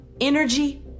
energy